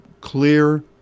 clear